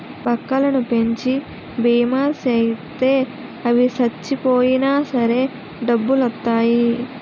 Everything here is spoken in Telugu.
బక్కలను పెంచి బీమా సేయిత్తే అవి సచ్చిపోయినా సరే డబ్బులొత్తాయి